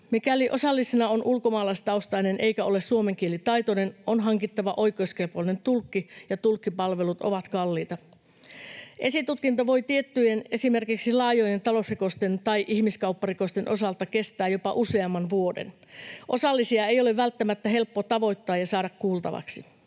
Mikäli osallisena on ulkomaalaistaustainen, joka ei ole suomen kielen taitoinen, on hankittava oikeuskelpoinen tulkki, ja tulkkipalvelut ovat kalliita. Esitutkinta voi tiettyjen, esimerkiksi laajojen talousrikosten tai ihmiskaupparikosten, osalta kestää jopa useamman vuoden. Osallisia ei ole välttämättä helppo tavoittaa ja saada kuultavaksi.